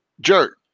jerk